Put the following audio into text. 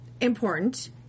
Important